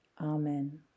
Amen